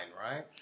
right